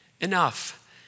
Enough